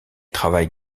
travaille